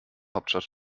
hauptstadt